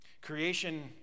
Creation